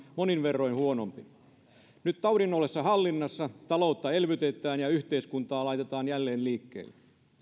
monin verroin huonompi nyt taudin ollessa hallinnassa taloutta elvytetään ja yhteiskuntaa laitetaan jälleen liikkeelle